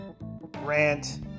rant